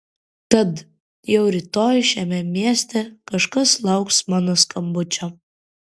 tad jau rytoj šiame mieste kažkas lauks mano skambučio